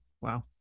Wow